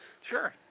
Sure